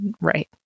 right